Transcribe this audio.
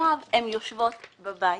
עכשיו הן יושבות בבית,